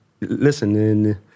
Listen